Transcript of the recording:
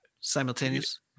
simultaneous